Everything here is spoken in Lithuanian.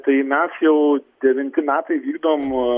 tai mes jau devinti metai vykdom